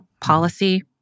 policy